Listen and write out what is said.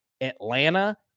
Atlanta